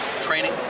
training